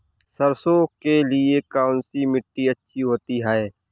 सरसो के लिए कौन सी मिट्टी अच्छी होती है?